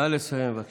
נא לסיים, אדוני.